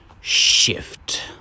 shift